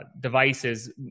devices